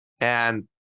And-